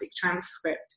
transcript